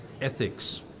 ethics